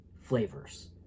flavors